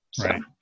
Right